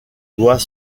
doit